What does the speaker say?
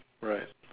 right